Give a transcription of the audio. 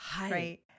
right